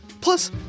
Plus